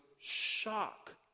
shock